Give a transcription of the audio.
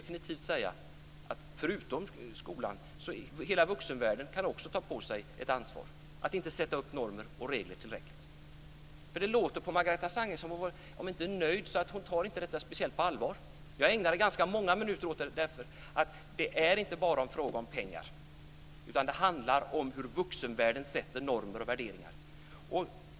Förutom skolan ska hela vuxenvärlden ta på sig ett ansvar för att inte sätta upp normer och regler tillräckligt. Det vill jag definitivt säga. Det låter på Margareta Sandgren som att fastän hon inte är nöjd så tar hon det inte speciellt på allvar. Jag ägnade ganska många minuter i mitt anförande åt den här frågan. Det är inte bara en fråga om pengar. Det handlar om hur vuxenvärlden sätter upp normer och värderingar.